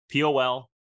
pol